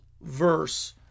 verse